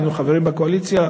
היינו חברים בקואליציה: